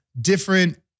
different